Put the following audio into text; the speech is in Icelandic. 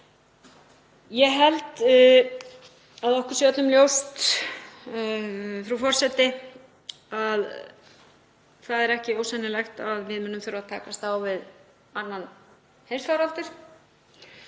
Ég held að okkur sé öllum ljóst, frú forseti, að það er ekki ósennilegt að við munum þurfa að takast á við annan heimsfaraldur.